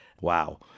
Wow